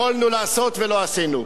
יכולנו לעשות ולא עשינו.